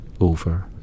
over